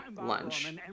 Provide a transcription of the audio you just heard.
lunch